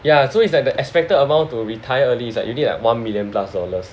ya so it's like the expected amount to retire early it's like you need one million plus dollars